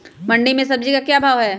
मंडी में सब्जी का क्या भाव हैँ?